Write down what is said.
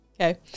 Okay